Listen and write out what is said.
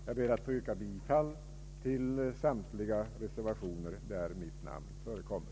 Jag ber att få yrka bifall till samtliga reservationer där mitt namn förekommer.